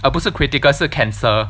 oh 不是 critical 是 cancer